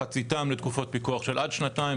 מחציתם לתקופות פיקוח עד שנתיים,